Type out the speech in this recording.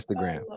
Instagram